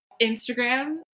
Instagram